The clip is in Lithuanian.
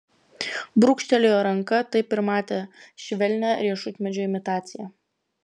brūkštelėjo ranka taip ir matė švelnią riešutmedžio imitaciją